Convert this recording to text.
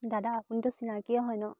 দাদা আপুনিতো চিনাকিয়েই হয় ন